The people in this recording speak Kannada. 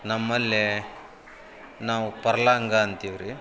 ನಮ್ಮಲ್ಲೇ ನಾವು ಪರ್ಲಾಂಗ ಅಂತೀವಿ ರಿ